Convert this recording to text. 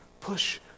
push